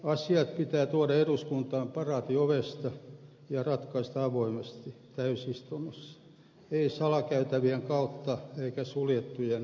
asiat pitää tuoda eduskuntaan paraatiovesta ja ratkaista avoimesti täysistunnossa ei salakäytävien kautta eikä suljettujen ovien takana